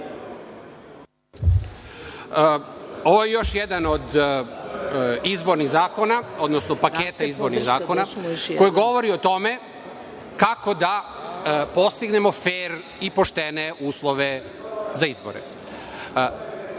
Ovo je još jedan od izbornih zakona, odnosno paketa izbornih zakona, koji govori o tome kako da postignemo fer i poštene uslove za izbore.